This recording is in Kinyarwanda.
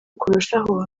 kurushaho